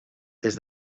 des